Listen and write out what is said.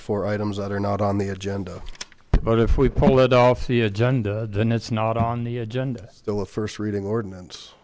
for items that are not on the agenda but if we pull it off the agenda then it's not on the agenda still the first reading ordinance